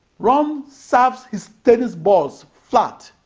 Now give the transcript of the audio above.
ron serves his tennis balls flat,